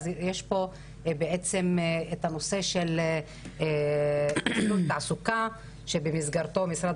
אז יש פה את הנושא של עידוד תעסוקה שבמסגרתו משרד